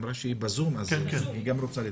אמרה שהיא בזום והיא גם רוצה לדבר.